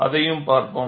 அதையும் பார்ப்போம்